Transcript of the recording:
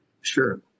Sure